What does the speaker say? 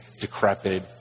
decrepit